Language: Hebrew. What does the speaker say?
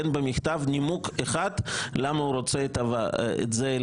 ואין במכתב נימוק אחד למה הוא רוצה את זה.